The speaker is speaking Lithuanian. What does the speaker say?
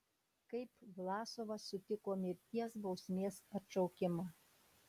kaip vlasovas sutiko mirties bausmės atšaukimą